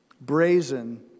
brazen